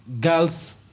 girls